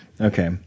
Okay